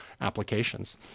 applications